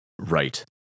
Right